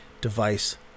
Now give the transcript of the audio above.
device